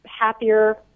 happier